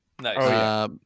Nice